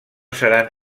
seran